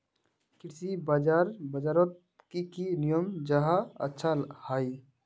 कृषि बाजार बजारोत की की नियम जाहा अच्छा हाई?